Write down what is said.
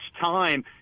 time